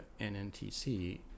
NNTC